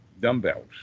dumbbells